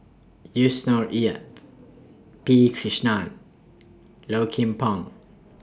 Yusnor Ef P Krishnan Low Kim Pong